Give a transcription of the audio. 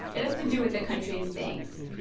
it has to do with the country's banks.